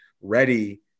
ready